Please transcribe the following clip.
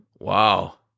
wow